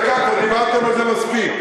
דיברתם על זה מספיק.